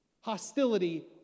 Hostility